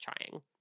trying